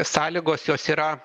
sąlygos jos yra